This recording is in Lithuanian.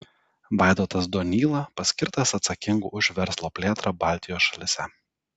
vaidotas donyla paskirtas atsakingu už verslo plėtrą baltijos šalyse